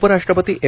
उपराष्ट्रपती एम